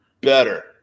better